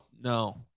No